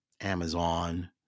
Amazon